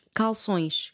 calções